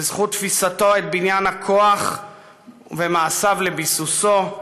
בזכות תפיסתו את בניין הכוח ובמעשיו לביסוסו,